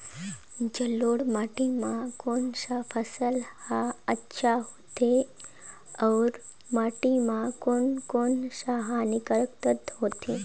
जलोढ़ माटी मां कोन सा फसल ह अच्छा होथे अउर माटी म कोन कोन स हानिकारक तत्व होथे?